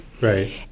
Right